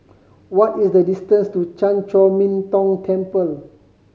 what is the distance to Chan Chor Min Tong Temple